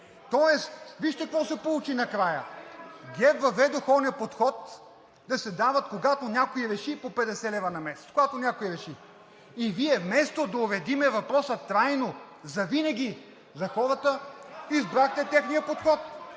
решен! Вижте какво се получи накрая. ГЕРБ въведоха онзи подход да се дават, когато някой реши, по 50 лв. на месец – когато някой реши. Вие, вместо да уредим въпроса трайно завинаги за хората, избрахте техния подход.